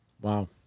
Wow